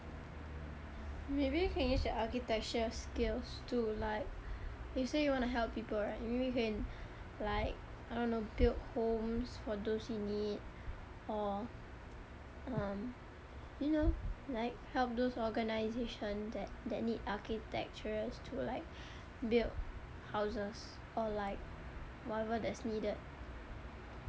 maybe you can use your architecture skills to like you say you want to help people right maybe you can like I don't know build homes for those in need or um you know like help those organisation that that need architectures to like build houses or like whatever that is needed